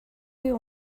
you